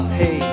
hey